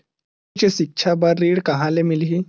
उच्च सिक्छा बर ऋण कहां ले मिलही?